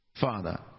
Father